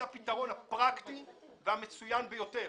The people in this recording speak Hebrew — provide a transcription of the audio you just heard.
זה הפתרון הפרקטי והמצוין ביותר,